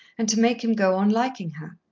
and to make him go on liking her.